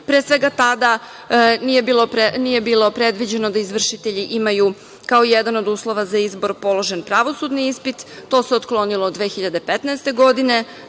Pre svega, tada nije bilo predviđeno da izvršitelji imaju kao jedan od uslova za izbor položen pravosudni ispit. To se otklonilo 2015. godine.